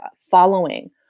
following